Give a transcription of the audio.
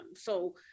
So-